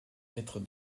être